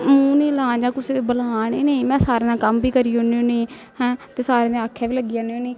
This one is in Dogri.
मूंह निं लां जां कुसै गी बलांऽ गै नेईं में सारें दा कम्म बी करी ओड़नी होन्नीं हैं ते सारें दे आक्खै बी लग्गी जन्नी होन्नी